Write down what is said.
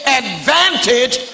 advantage